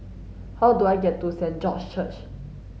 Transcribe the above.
how do I get to Saint George's Church